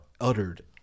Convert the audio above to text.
uttered